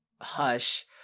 Hush